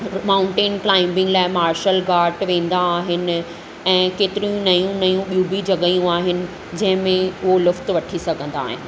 mountain climbing लाइ marshal guard वेंदा आहिनि ऐं केतिरियूं नयूं नयूं ॿियूं बि जॻहयूं आहिनि जंहिं में हू लुप्त वठी सघंदा आहिनि